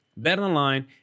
BetOnline